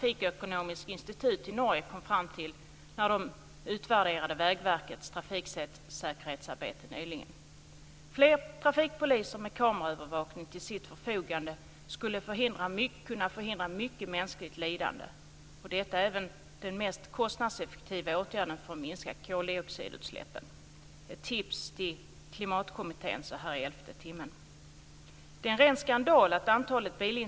I kommissionsrapporten kan vi på punkt efter punkt se hur man har räknat ut vad en åtgärd kan ge och hur man ska satsa för att ge ett bra underlag för politiska beslut. Vad Europakommissionen vill ha är följande: Som framgår ligger vi ganska nära dessa krav. Det är också intressant att man trots ökad trafik har minskat sitt antal döda.